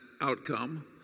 outcome